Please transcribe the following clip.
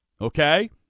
Okay